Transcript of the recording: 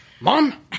Mom